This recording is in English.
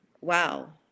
wow